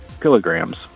kilograms